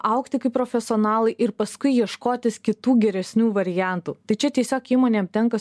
augti kaip profesionalai ir paskui ieškotis kitų geresnių variantų tai čia tiesiog įmonėm tenka